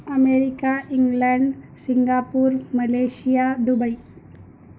America England Singapore Malaysia Dubai